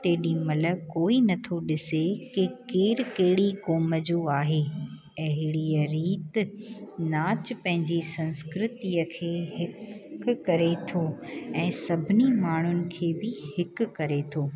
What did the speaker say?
तेॾी महिल कोई नथो ॾिसे की केर कहिड़ी क़ौम जो आहे अहिड़ीअ रीत नाचु पंहिंजी संस्कृतिअ खे हिक करे थो ऐं सभिनी माण्हुनि खे बि हिकु करे थो